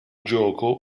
gioco